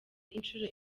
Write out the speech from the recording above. inshuro